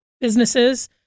businesses